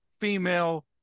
female